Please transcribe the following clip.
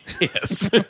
Yes